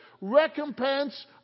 recompense